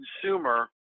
consumer